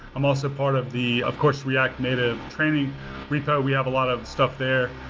i'm also part of the, of course, react native training repo. we have a lot of stuff there.